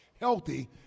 Healthy